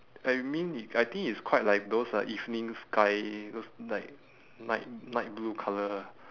I mean it I think it's quite like those uh evening sky those like night night blue colour